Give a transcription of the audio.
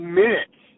minutes